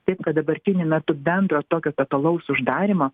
taip kad dabartiniu metu bendro ir tokio detalaus uždarymo